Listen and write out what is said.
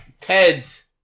Ted's